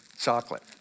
chocolate